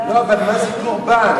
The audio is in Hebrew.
זה קורבן?